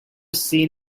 seen